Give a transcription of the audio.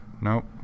Nope